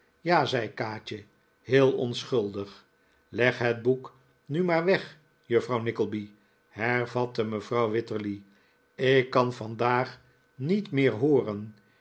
ja zei kaatje heel onschuldig leg het boek nu maar weg juffrouw nickleby hervatte mevrouw wititterly ik kan vandaag niet meer hooren